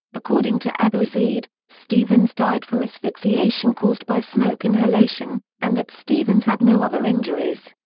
according to abu zeid, stevens died from asphyxiation caused by smoke inhalation, and that stevens had no other injuries.